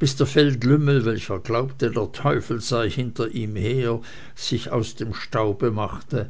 bis der feldlümmel welcher glaubte der teufel sei hinter ihm her sich aus dem staube machte